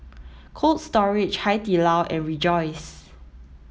Cold Storage Hai Di Lao and Rejoice